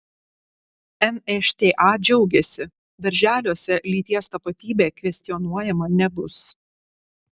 nšta džiaugiasi darželiuose lyties tapatybė kvestionuojama nebus